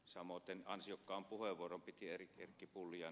samoiten ansiokkaan puheenvuoron piti ed